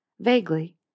Vaguely